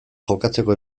jokatzeko